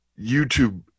YouTube